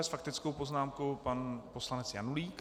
S faktickou poznámkou pan poslanec Janulík.